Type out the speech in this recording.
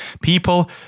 People